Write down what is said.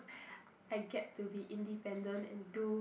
I get to be independent and do